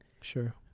Sure